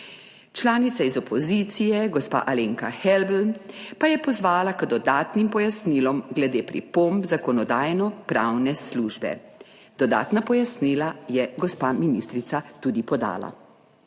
Članica iz opozicije, gospa Alenka Helbl pa je pozvala k dodatnim pojasnilom glede pripomb Zakonodajno-pravne službe. Dodatna pojasnila je gospa ministrica tudi podala.